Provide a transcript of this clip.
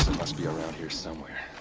must be around here somewhere.